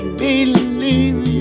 believe